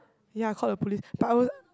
ya I called the police but I was